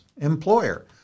employer